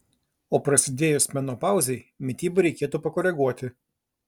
o prasidėjus menopauzei mitybą reikėtų pakoreguoti